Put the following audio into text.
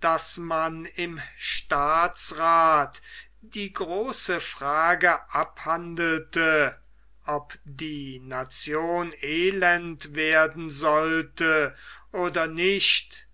daß man im staatsrath die große frage abhandelte ob die nation elend werden sollte oder nicht